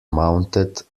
mounted